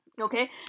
okay